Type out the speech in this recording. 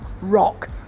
rock